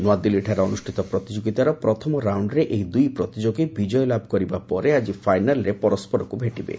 ନୂଆଦିଲ୍ଲୀଠାରେ ଅନୁଷ୍ଠିତ ପ୍ରତିଯୋଗୀତାର ପ୍ରଥମ ରାଉଣ୍ଡରେ ଏହି ଦୁଇ ପ୍ରତିଯୋଗୀ ବିଜୟ ଲାଭ କରିବା ପରେ ଆଜି ଫାଇନାଲ୍ରେ ପରସ୍କରକୁ ଭେଟିବେ